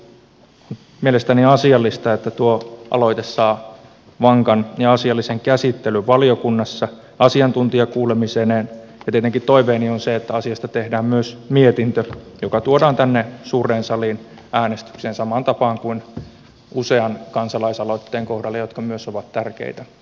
sen vuoksi on mielestäni asiallista että aloite saa vankan ja asiallisen käsittelyn valiokunnassa asiantuntijakuulemisineen ja tietenkin toiveeni on se että asiasta tehdään myös mietintö joka tuodaan tänne suureen saliin äänestykseen samaan tapaan kuin usean kansalaisaloitteen kohdalla jotka myös ovat tärkeitä tehdä